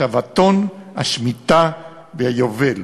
השבתון, השמיטה והיובל.